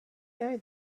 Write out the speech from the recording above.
know